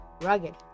rugged